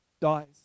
dies